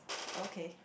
okay